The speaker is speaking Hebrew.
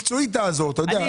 מקצועית תעזור, אתה יודע.